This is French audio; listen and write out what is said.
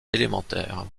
élémentaire